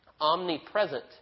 omnipresent